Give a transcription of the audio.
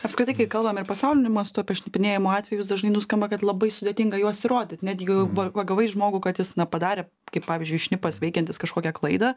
apskritai kai kalbam ir pasauliniu mastu apie šnipinėjimo atvejus dažnai nuskamba kad labai sudėtinga juos įrodyti net gu pa pagavai žmogų kad jis na padarė kaip pavyzdžiui šnipas veikiantis kažkokią klaidą